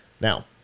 Now